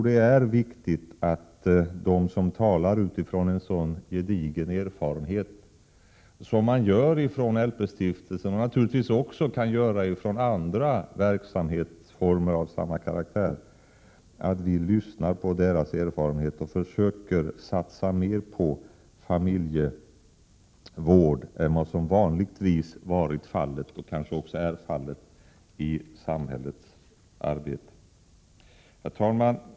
Det är viktigt att vi lyssnar på dem som talar utifrån en sådan gedigen erfarenhet som man har inom LP-stiftelsen och som naturligtvis också kan finnas inom andra verksamheter av samma karaktär. Det är också viktigt att samhället försöker att satsa mer på familjevård än vad som vanligtvis har varit, och kanske fortfarande är, fallet. Herr talman!